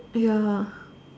ya